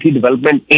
Development